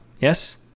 yes